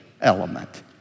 element